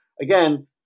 again